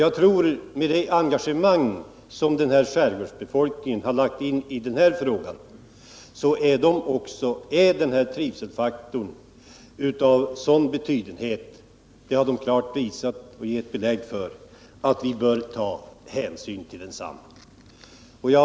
Att döma av skärgårdsbefolkningens engagemang i den här frågan är trivselfaktorn av sådan betydenhet att vi bör ta hänsyn till densamma.